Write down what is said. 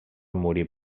morir